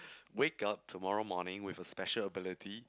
wake up tomorrow morning with a special ability